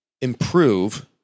improve